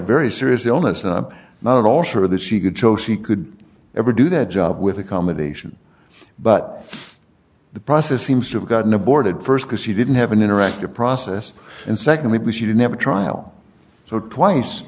very serious illness and not at all sure that she could show she could ever do that job with accommodation but the process seems to have gotten aborted st because she didn't have an interactive process and secondly she didn't have a trial so twice